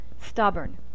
stubborn